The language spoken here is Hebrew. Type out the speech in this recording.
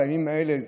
בימים האלה,